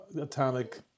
atomic